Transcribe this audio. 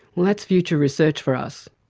that's future research for us.